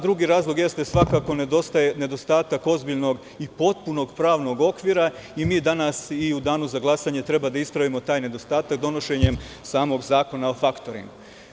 Drugi razlog jeste svakako nedostatak ozbiljnog i potpunog pravnog okvira i mi danas i u Danu za glasanje treba da ispravimo taj nedostatak donošenjem samog zakona o faktoringu.